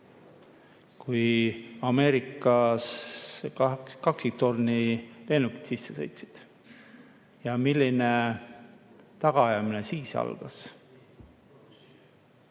kui Ameerikas kaksiktorni lennukid sisse sõitsid. Milline tagaajamine siis algas!